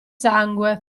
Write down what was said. sangue